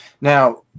Now